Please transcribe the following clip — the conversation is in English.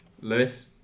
Lewis